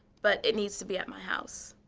but it needs to be at my house.